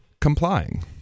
complying